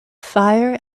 fire